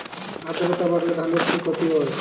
আদ্রর্তা বাড়লে ধানের কি ক্ষতি হয়?